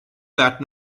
latin